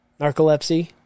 Narcolepsy